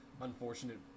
unfortunate